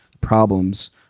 problems